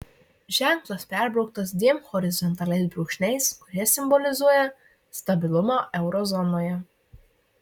ženklas perbrauktas dviem horizontaliais brūkšniais kurie simbolizuoja stabilumą euro zonoje